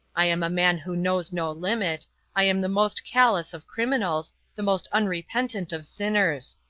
i am a man who knows no limit i am the most callous of criminals, the most unrepentant of sinners.